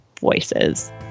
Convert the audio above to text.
voices